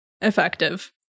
Effective